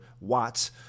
Watts